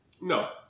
No